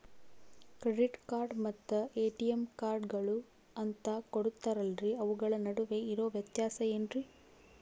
Credit card ಮತ್ತ ATM ಕಾರ್ಡುಗಳು ಅಂತಾ ಕೊಡುತ್ತಾರಲ್ರಿ ಅವುಗಳ ನಡುವೆ ಇರೋ ವ್ಯತ್ಯಾಸ ಏನ್ರಿ?